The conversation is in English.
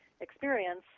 experience